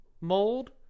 mold